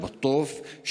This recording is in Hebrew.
באל-בטוף,